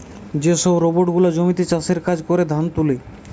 যে সব রোবট গুলা জমিতে চাষের কাজ করে, ধান তুলে